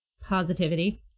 positivity